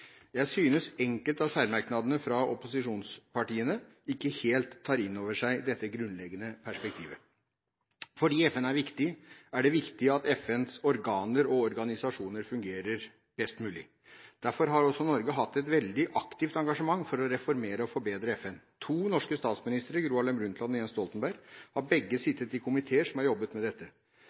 Jeg synes enkelte av særmerknadene fra opposisjonspartiene ikke helt tar inn over seg dette grunnleggende perspektivet. Fordi FN er viktig, er det viktig at FNs organer og organisasjoner fungerer best mulig. Derfor har Norge hatt et veldig aktivt engasjement for å reformere og forbedre FN. To norske statsministre, Gro Harlem Brundtland og Jens Stoltenberg, har begge sittet i komiteer som har jobbet med dette.